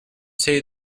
say